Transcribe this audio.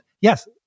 yes